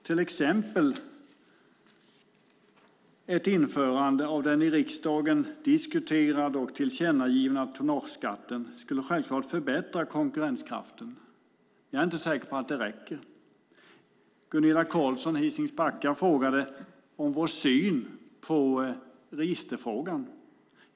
Till exempel skulle införande av den i riksdagen diskuterade och tillkännagivna tonnageskatten självfallet förbättra konkurrenskraften. Jag är inte säker på att det räcker. Gunilla Carlsson i Hisings Backa frågade om vår syn i registerfrågan.